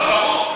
לא, ברור.